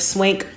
Swank